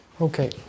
Okay